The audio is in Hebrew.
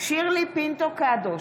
שירלי פינטו קדוש,